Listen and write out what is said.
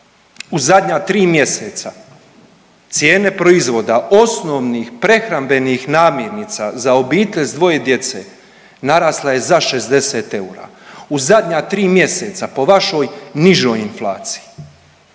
u zadnja tri mjeseca cijene proizvoda osnovnih prehrambenih namirnica za obitelj s dvoje djece narasla je za 60 eura u zadnja tri mjeseca po vašoj nižoj inflaciji,